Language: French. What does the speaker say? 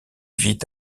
vit